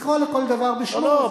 לקרוא לכל דבר בשמו יהיה יותר נכון.